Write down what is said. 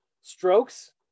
strokes